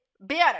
better